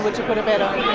would you put a bet on?